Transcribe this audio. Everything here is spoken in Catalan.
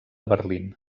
berlín